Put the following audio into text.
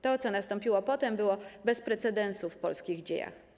To, co nastąpiło potem, było bez precedensu w polskich dziejach.